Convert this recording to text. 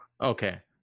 okay